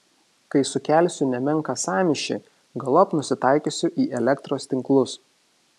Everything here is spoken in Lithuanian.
kai sukelsiu nemenką sąmyšį galop nusitaikysiu į elektros tinklus